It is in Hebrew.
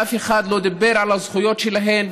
ואף אחד לא דיבר על הזכויות שלהן,